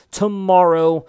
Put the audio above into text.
tomorrow